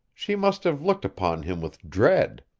she must have looked upon him with dread.